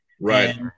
Right